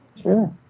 Sure